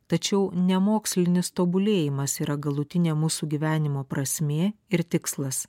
tačiau ne mokslinis tobulėjimas yra galutinė mūsų gyvenimo prasmė ir tikslas